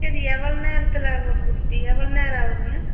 சரி எவ்வளோ நேரத்தில் ஒரு ஒரு எவ்வளோ நேரம் ஆகுங்க